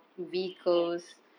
mm